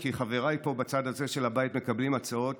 כי חבריי פה בצד הזה של הבית מקבלים הצעות